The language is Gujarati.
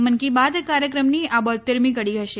મન કી બાત કાર્યક્રમની આ બોત્તેરમી કડી હશે